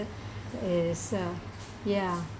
is uh ya